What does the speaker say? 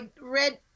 Red